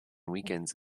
weekends